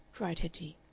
cried hetty.